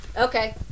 okay